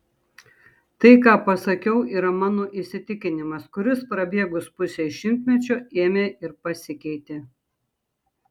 tai ką pasakiau yra mano įsitikinimas kuris prabėgus pusei šimtmečio ėmė ir pasikeitė